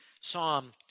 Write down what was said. psalm